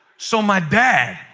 so my dad,